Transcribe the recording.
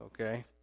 okay